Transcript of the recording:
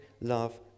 love